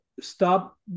stop